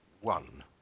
one